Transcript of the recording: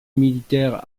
militaire